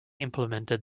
implemented